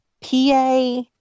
PA